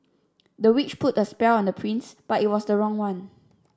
the witch put a spell on the prince but it was the wrong one